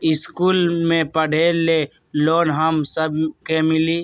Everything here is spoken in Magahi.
इश्कुल मे पढे ले लोन हम सब के मिली?